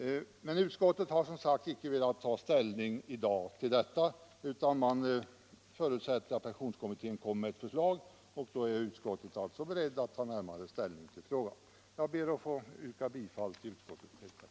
Men utskottet har som sagt inte velat ta ställning till detta i dag, utan man förutsätter att pensionskommittén kommer med förslag, och då är utskottet berett att ta närmare ställning till frågan. Jag ber att få yrka bifall till utskottets hemställan.